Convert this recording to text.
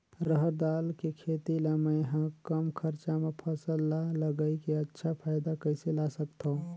रहर दाल के खेती ला मै ह कम खरचा मा फसल ला लगई के अच्छा फायदा कइसे ला सकथव?